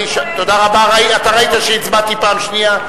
אתה ראית שהצבעתי פעם שנייה,